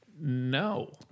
No